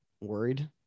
worried